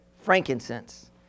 Frankincense